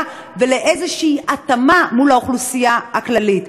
ולאיזושהי התאמה מול האוכלוסייה הכללית.